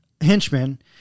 henchmen